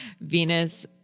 Venus